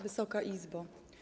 Wysoka Izbo!